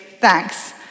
thanks